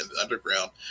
underground